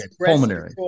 pulmonary